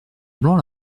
blanc